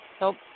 Nope